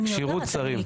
כשירות שרים.